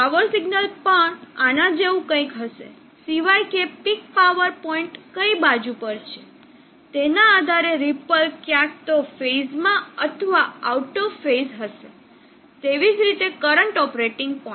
power signal પણ આના જેવું કંઈક હશે સિવાય કે પીક પાવર પોઇન્ટ કઈ બાજુ પર છે તેના આધારે રીપલ ક્યાંક તો ફેઝમાં અથવા આઉટ ઓફ ફેઝ હશે તેવી જ રીતે કરંટ ઓપરેટિંગ પોઇન્ટ